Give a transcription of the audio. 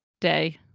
day